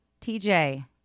TJ